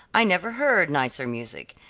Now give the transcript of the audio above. i never heard nicer music,